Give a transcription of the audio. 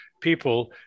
people